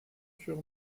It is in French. cuir